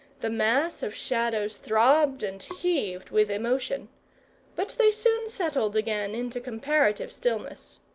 the mass of shadows throbbed and heaved with emotion but they soon settled again into comparative stillness.